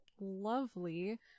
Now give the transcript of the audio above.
lovely